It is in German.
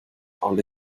alle